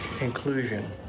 inclusion